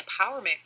empowerment